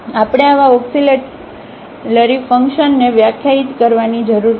તેથી આપણે આવા ઓક્સીલરી ફંકશનને વ્યાખ્યાયિત કરવાની જરૂર છે